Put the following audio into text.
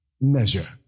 measure